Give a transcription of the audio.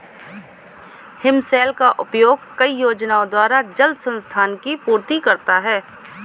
हिमशैल का उपयोग कई योजनाओं द्वारा जल संसाधन की पूर्ति करता है